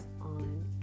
on